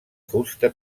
fusta